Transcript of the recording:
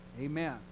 amen